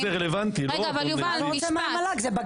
להשכלה גבוהה זה רלוונטי --- מה אתה רוצה מהמועצה להשכלה גבוהה,